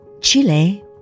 Chile